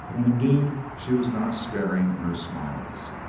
and indeed she was not sparing in her smiles.